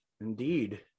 Indeed